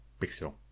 pixel